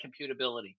computability